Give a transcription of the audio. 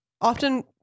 often